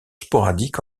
sporadiques